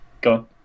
Go